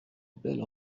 belle